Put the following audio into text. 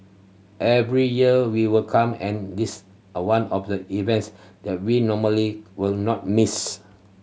every year we will come and this a one of the events that we normally will not miss